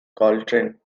coltrane